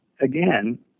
again